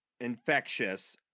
infectious